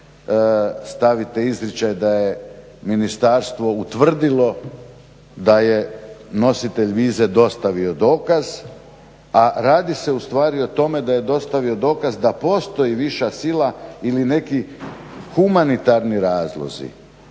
stavite izričaj da je ministarstvo utvrdilo da je nositelj vize dostavio dokaz, a radi se ustvari o tome da je dostavio dokaz da postoji viša sila ili neki humanitarni razlozi